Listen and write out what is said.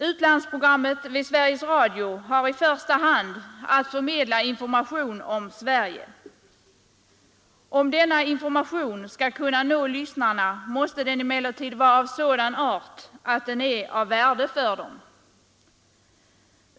Utlandsprogrammet vid Sveriges Radio har i första hand att förmedla information om Sverige. Om denna information skall kunna nå lyssnarna, måste den emellertid vara av sådan art att den är av värde för dem.